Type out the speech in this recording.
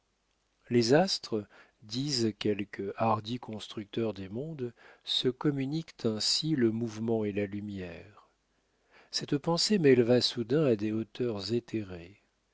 les astres disent quelques hardis constructeurs des mondes se communiquent ainsi le mouvement et la lumière cette pensée m'éleva soudain à des hauteurs éthérées